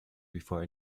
before